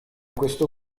questo